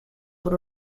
por